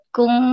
Kung